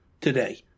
today